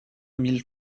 mille